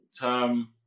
term